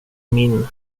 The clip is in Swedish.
min